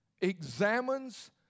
examines